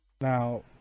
Now